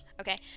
Okay